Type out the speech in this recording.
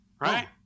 right